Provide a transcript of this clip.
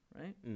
right